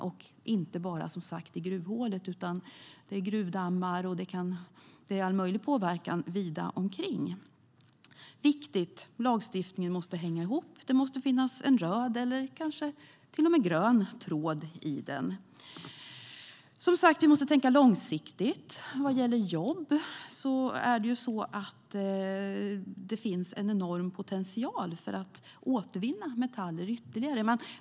Det gäller inte bara gruvhålet, utan det handlar om gruvdammar och all möjlig påverkan vida omkring. Vi måste tänka långsiktigt. Vad gäller jobb finns det en enorm potential i att återvinna metaller ytterligare.